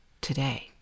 today